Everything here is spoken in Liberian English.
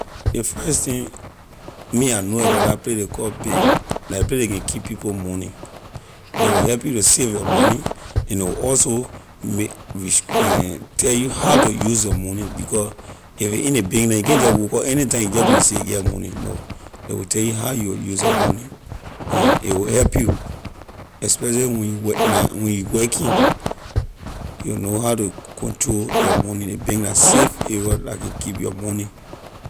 Ley first thing me I know about la play ley call bank la ley play ley can keep people money ley will help you to save your money and ley will also make res- tell you how to use your money because if a in ley bank na you can’t just woke up anytime you just go you say yeah money no ley will tell you how you will use your money and a will help you especially when you work na when you working you will know how to control your money ley bank la safe area la can keep your money.